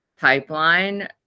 pipeline